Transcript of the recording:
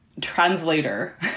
translator